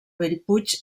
bellpuig